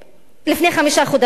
לפני חמישה חודשים,